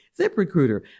ZipRecruiter